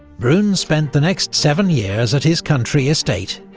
brune spent the next seven years at his country estate.